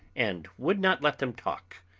and would not let them talk.